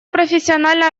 профессионально